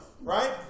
right